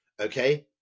okay